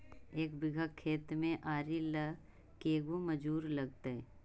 एक बिघा खेत में आरि ल के गो मजुर लगतै?